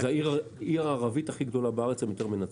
זאת העיר הערבית הכי גדולה בארץ, גם יותר מנצרת.